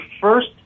first